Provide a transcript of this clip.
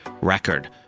record